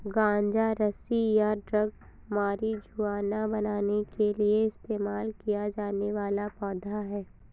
गांजा रस्सी या ड्रग मारिजुआना बनाने के लिए इस्तेमाल किया जाने वाला पौधा है